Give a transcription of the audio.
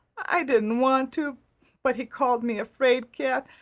i didn't want to but he called me a fraid-cat.